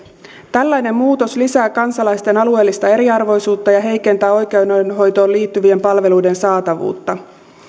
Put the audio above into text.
tällainen muutos lisää kansalaisten alueellista eriarvoisuutta ja heikentää oikeudenhoitoon liittyvien palveluiden saatavuutta